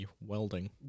welding